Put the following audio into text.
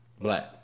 Black